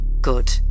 Good